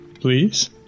Please